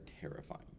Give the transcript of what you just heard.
terrifying